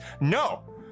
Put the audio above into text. no